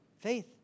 Faith